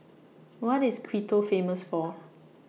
What IS Quito Famous For